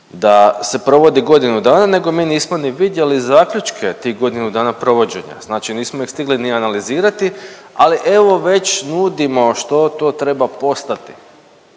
da se provodi godinu dana nego mi nismo ni vidjeli zaključke od tih godinu dana provođenja. Znači nismo ih stigli ni analizirati, ali evo već nudimo što to treba postati.